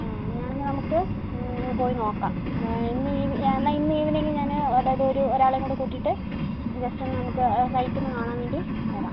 ആ അങ്ങനെയാണെങ്കിൽ നമുക്ക് ഇന്ന് പോയി നോക്കാം ഇന്ന് ഈവ് എന്നാൽ ഇന്ന് ഈവനിംഗ് ഞാൻ അതായത് ഒരു ഒരാളെയും കൂടെ കൂട്ടിയിട്ട് ജസ്റ്റ് ഒന്ന് നമുക്ക് ആ സൈറ്റ് ഒന്ന് കാണാൻ വേണ്ടി വരാം